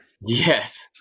Yes